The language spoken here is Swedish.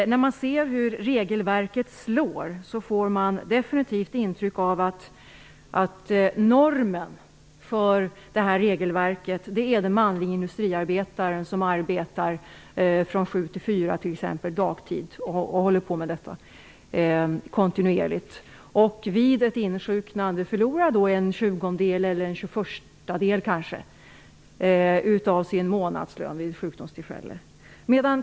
När man ser på regelverket får man definitivt det intrycket att normen för regelverket är en manlig industriarbetare som arbetar från sju till fyra, dagtid. Vid ett insjuknande förlorar han en tjugoförstadel av sin månadslön.